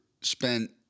spent